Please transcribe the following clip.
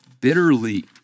bitterly